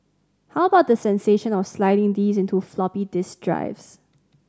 how about the sensation of sliding these into floppy disk drives